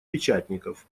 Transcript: печатников